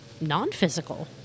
non-physical